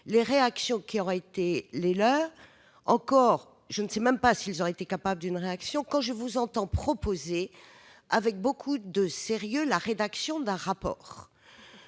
les réactions qui auraient été les leurs- encore que je ne sache même pas s'ils auraient été capables d'une réaction -quand je vous entends proposer, avec beaucoup de sérieux, la rédaction d'un rapport.